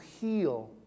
heal